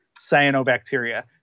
cyanobacteria